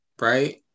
right